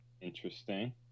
Interesting